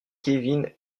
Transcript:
kevin